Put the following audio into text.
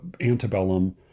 antebellum